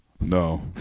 No